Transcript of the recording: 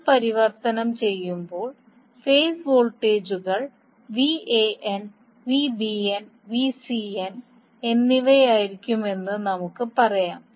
നിങ്ങൾ പരിവർത്തനം ചെയ്യുമ്പോൾ ഫേസ് വോൾട്ടേജുകൾ Van Vbn Vcn എന്നിവയായിരിക്കുമെന്ന് നമുക്ക് പറയാം